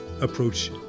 approach